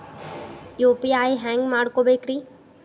UPI ಹ್ಯಾಂಗ ಮಾಡ್ಕೊಬೇಕ್ರಿ?